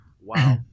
Wow